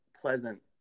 pleasant